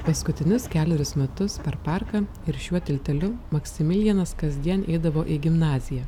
paskutinius kelerius metus per parką ir šiuo tilteliu maksimilijanas kasdien eidavo į gimnaziją